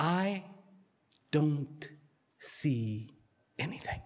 i don't see anything